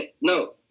No